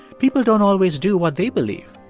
people don't always do what they believe,